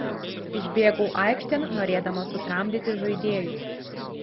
išbėgau aikštėn norėdamas sutramdyti žaidėjus